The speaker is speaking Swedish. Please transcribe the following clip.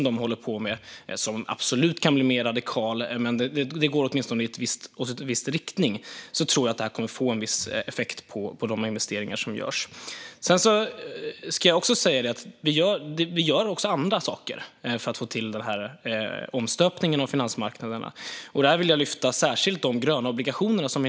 Den kan absolut bli mer radikal, men det går åtminstone i en viss riktning. Och det kommer att få en viss effekt på de investeringar som görs. Vi gör också andra saker för att få till omstöpningen av finansmarknaderna. Där vill jag särskilt lyfta fram de gröna obligationerna.